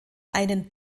einen